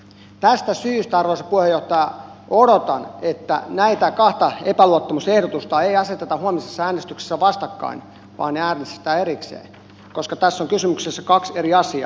tästä syystä arvoisa puheenjohtaja odotan että näitä kahta epäluottamusehdotusta ei aseteta huomisessa äänestyksessä vastakkain vaan niistä äänestetään erikseen koska tässä on kysymyksessä kaksi eri asiaa